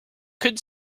could